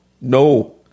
No